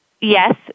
Yes